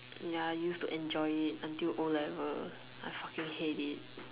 ya I use to enjoy it until O-level I fucking hate it